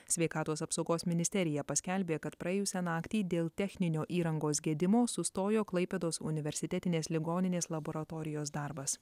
sveikatos apsaugos ministerija paskelbė kad praėjusią naktį dėl techninio įrangos gedimo sustojo klaipėdos universitetinės ligoninės laboratorijos darbas